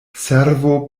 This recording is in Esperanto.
servo